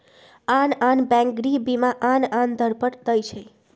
आन आन बैंक गृह बीमा आन आन दर पर दइ छै